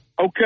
Okay